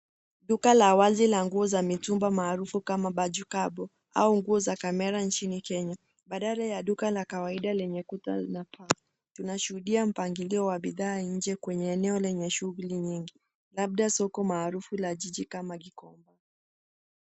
Duka la wazi la nguo za mitumba maarufu kama bajukabo au nguo za kamera nchini Kenya. Badala ya duka la kawaida lenye kuta na paa tunashuhudia mpangilio wa bidhaa nje kwenye eneo lenye shughuli nyingi labda soko ,maarufu la jiji kama Gikomba.